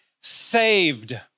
saved